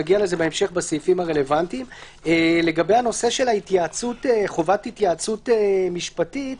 התלבטנו לגבי חובת ההתייעצות המשפטית.